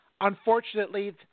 unfortunately